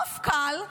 המפכ"ל,